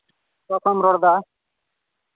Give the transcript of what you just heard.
ᱚᱠᱟ ᱠᱷᱚᱱᱮᱢ ᱨᱚᱲᱫᱟ